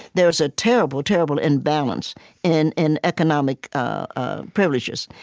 there is a terrible, terrible imbalance in in economic ah privileges.